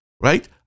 Right